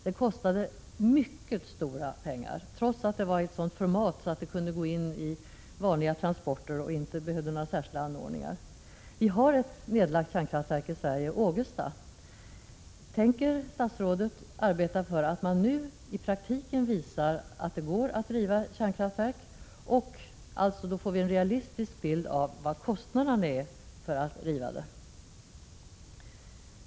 Det kostade mycket stora belopp, trots att reaktorn var av sådant format att man kunde använda vanliga transporter och inte behövde några särskilda anordningar. Vi har ett nedlagt kärnkraftverk i Sverige, Ågesta. Tänker statsrådet arbeta för att nu i praktiken visa att det går att riva kärnkraftverk? Vi behöver alltså få en realistisk bild av vad det kostar.